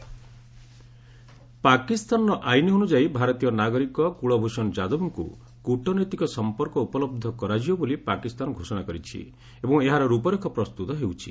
ପାକ୍ ଯାଦବ ପାକିସ୍ତାନର ଆଇନ ଅନୁଯାୟୀ ଭାରତୀୟ ନାଗରିକ କ୍ୱଲ୍ଭ୍ଷଣ ଯାଦବଙ୍କୁ କ୍ରଟନୈତିକ ସମ୍ପର୍କ ଉପଲବ୍ଧ କରାଯିବ ବୋଲି ପାକିସ୍ତାନ ଘୋଷଣା କରିଛି ଏବଂ ଏହାର ରୂପରେଖ ପ୍ରସ୍ତୁତ ହେଉଛି